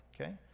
okay